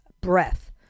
breath